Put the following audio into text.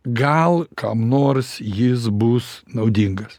gal kam nors jis bus naudingas